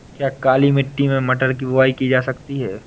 क्या काली मिट्टी में मटर की बुआई की जा सकती है?